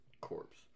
corpse